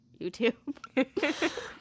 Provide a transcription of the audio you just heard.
YouTube